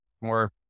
more